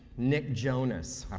nick jonas.